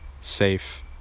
safe